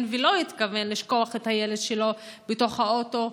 ולא התכוון לשכוח את הילד שלו בתוך האוטו.